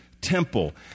temple